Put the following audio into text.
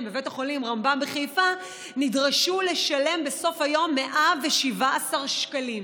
בבית החולים רמב"ם בחיפה נדרשו לשלם בסוף היום 117 שקלים,